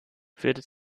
führte